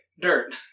Dirt